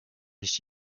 nicht